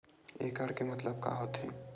एकड़ के मतलब का होथे?